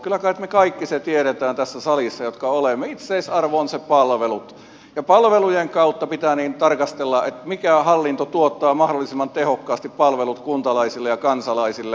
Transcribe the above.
kyllä kait me kaikki jotka olemme tässä salissa sen tiedämme että itseisarvo on palvelut ja palvelujen kautta pitää tarkastella mikä hallinto tuottaa mahdollisimman tehokkaasti palvelut kuntalaisille ja kansalaisille